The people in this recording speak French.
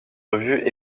revues